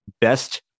best